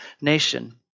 nation